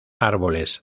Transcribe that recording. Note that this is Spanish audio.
árboles